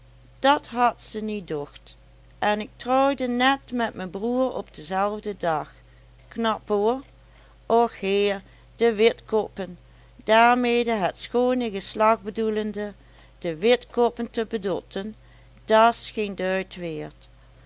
dàt had ze niet docht en ik trouwde net met me broer op dezelve dag gnap hoor och heer de witkoppen daarmede het schoone geslacht bedoelende de witkoppen te bedotten da's geen duit weerd